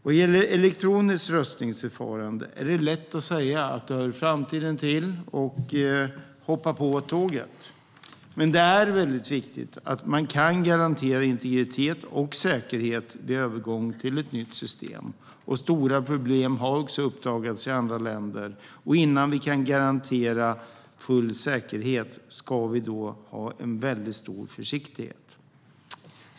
Vad gäller elektroniskt röstningsförfarande är det lätt att säga att det hör framtiden till och hoppa på tåget. Men det är väldigt viktigt att man kan garantera integritet och säkerhet vid övergång till ett nytt system. Stora problem har uppdagats i andra länder. Innan vi kan garantera full säkerhet ska vi ha en väldigt stor försiktighet.